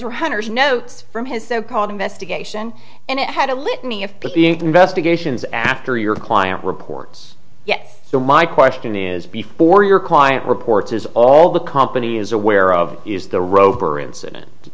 were hundreds notes from his so called investigation and it had a litany of peeing investigations after your client reports yet so my question is before your client reports is all the company is aware of is the rover incident